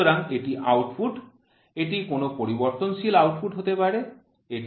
সুতরাং এটি আউটপুট এটি কোনও পরিবর্তনশীল আউটপুট হতে পারে